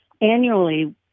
Annually